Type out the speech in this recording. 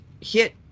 hit